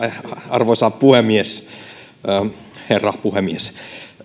arvoisa herra puhemies